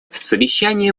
совещание